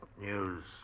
news